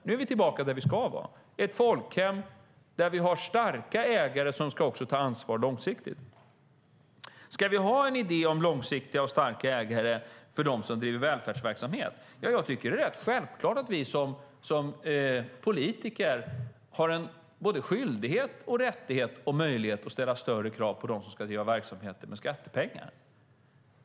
Nu är vi tillbaka där vi ska vara, i ett folkhem där vi har starka ägare som också ska ta ansvar långsiktigt. Ska vi ha en idé om långsiktiga och starka ägare när det gäller dem som driver välfärdsverksamhet? Ja, jag tycker att det är rätt självklart att vi som politiker har en skyldighet, rättighet och möjlighet att ställa större krav på dem som ska driva verksamheter med skattepengar.